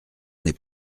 n’est